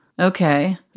Okay